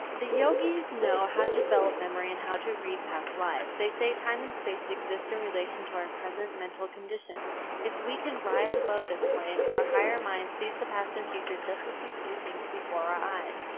the yogis know how to develop memory and how to read past lives. they say, time and space exist in relation to our present mental condition if we can rise above this plane, our higher mind sees the past and future just as we see things before our eyes.